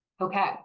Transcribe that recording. Okay